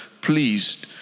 please